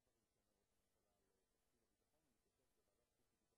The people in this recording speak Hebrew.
בעד ההודעה, 29, אפס מתנגדים,